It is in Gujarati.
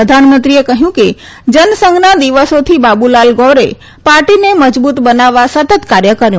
પ્રધાનમંત્રીએ કહ્યું કે જનસંઘના દિવસોથી બાબુલાલ ગૌરે પાર્ટીને મજબૂત બનવવા સતત કાર્ય કર્યું